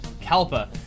Kalpa